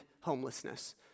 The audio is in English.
homelessness